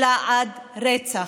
אלא עד רצח.